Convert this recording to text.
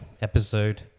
Episode